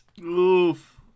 Oof